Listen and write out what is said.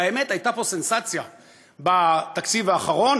האמת, הייתה פה סנסציה בתקציב האחרון.